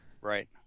Right